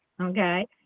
okay